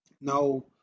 Now